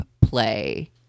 play